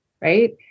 Right